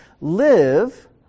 Live